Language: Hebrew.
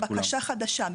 בקשה חדשה.